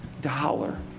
dollar